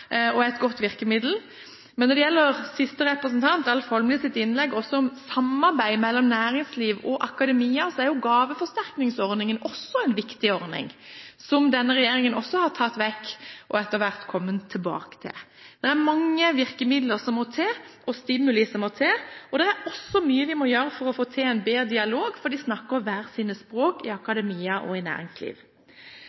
er et godt virkemiddel. Når det gjelder representanten Alf Egil Holmelids innlegg om samarbeid mellom næringslivet og akademia, er gaveforsterkningsordningen også en viktig ordning. Den har denne regjeringen også tatt vekk, og etter hvert kommet tilbake til. Det er mange virkemiddel og stimuli som må til, og det er også mye vi må gjøre for å få til en bedre dialog, for de snakker hver sine språk i